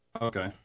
Okay